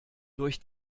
durch